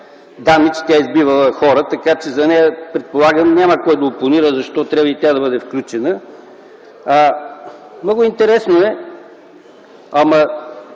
данни, че избивала хора, така че за нея предполагам няма кой да опонира защо и тя трябва да бъде включена. Много интересно, на